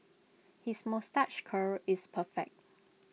his moustache curl is perfect